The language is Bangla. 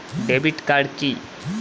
ডেবিট কার্ড কি?